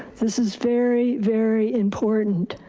this is very, very important.